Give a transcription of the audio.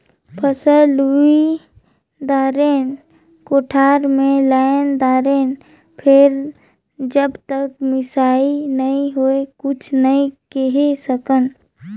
फसल लुई दारेन, कोठार मे लायन दारेन फेर जब तक मिसई नइ होही कुछु नइ केहे सकन